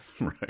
Right